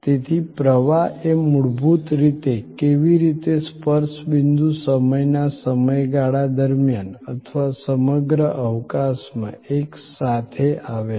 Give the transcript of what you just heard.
તેથી પ્રવાહ એ મૂળભૂત રીતે કેવી રીતે સ્પર્શ બિંદુ સમયના સમયગાળા દરમિયાન અથવા સમગ્ર અવકાશમાં એક સાથે આવે છે